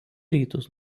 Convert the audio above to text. rytus